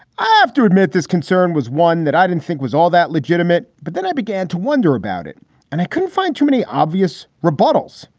i have to admit, this concern was one that i didn't think was all that legitimate. but then i began to wonder about it and i couldn't find too many obvious rebuttals.